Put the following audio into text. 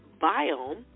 biome